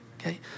okay